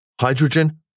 hydrogen